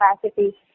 capacity